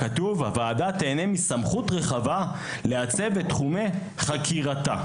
כתוב: "הוועדה תהנה מסמכות רחבה לעצב את תחומי חקירתה".